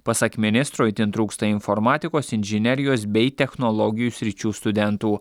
pasak ministro itin trūksta informatikos inžinerijos bei technologijų sričių studentų